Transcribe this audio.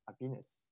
happiness